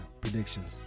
predictions